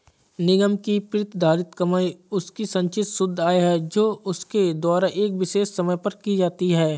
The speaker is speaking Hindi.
निगम की प्रतिधारित कमाई उसकी संचित शुद्ध आय है जो उसके द्वारा एक विशेष समय पर की जाती है